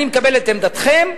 אני מקבל את עמדתכם,